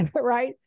right